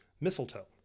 mistletoe